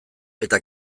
eta